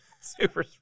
Super